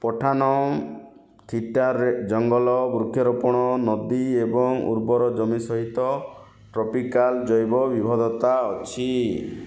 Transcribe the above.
ପଠାନମ ଥିଟାରେ ଜଙ୍ଗଲ ବୃକ୍ଷରୋପଣ ନଦୀ ଏବଂ ଉର୍ବର ଜମି ସହିତ ଟ୍ରପିକାଲ୍ ଜୈବ ବିବିଧତା ଅଛି